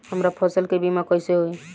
हमरा फसल के बीमा कैसे होई?